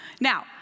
Now